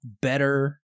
better